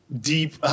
deep